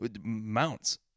Mounts